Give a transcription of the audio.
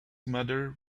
mother